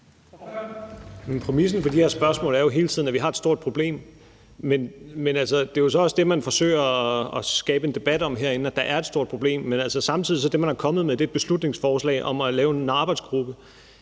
Præmissen for de her spørgsmål er jo hele tiden, at vi har stort problem, og man forsøger så også at skabe en debat herinde om, at der er et stort problem. Men samtidig er det, man er kommet med, et beslutningsforslag om at lave en arbejdsgruppe.